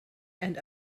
and